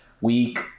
Week